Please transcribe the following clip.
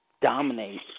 dominate